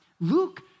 Luke